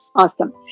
Awesome